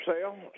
sale